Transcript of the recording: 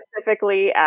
specifically